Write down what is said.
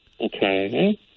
Okay